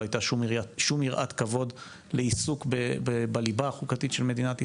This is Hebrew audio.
לא הייתה שום יראת כבוד לעיסוק בליבה החוקתית של מדינת ישראל.